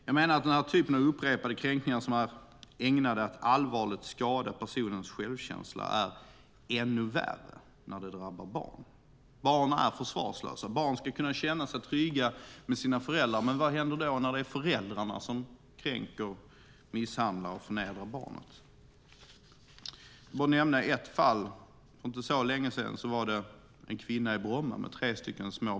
Jag menar att den här typen av upprepade kränkningar som är ägnade att allvarligt skada personens självkänsla är ännu värre när det drabbar barn. Barn är försvarslösa. Barn ska kunna känna sig trygga med sina föräldrar. Men vad händer när det är föräldrarna som kränker, misshandlar och förnedrar barnet? Jag ska nämna ett fall. För inte så länge sedan dömdes en kvinna i Bromma för grov fridskränkning.